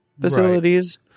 facilities